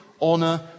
honor